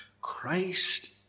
Christ